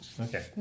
Okay